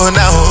now